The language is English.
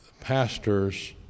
pastors